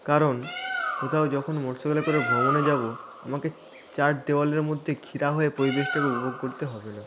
কারণ কোথাও যখন মোটর সাইকেলে করে ভ্রমণে যাবো আমাকে চার দেওয়ালের মধ্যে ঘেরাও হয়ে পরিবেশটাকে উপভোগ করতে হবে না